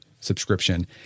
subscription